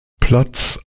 platz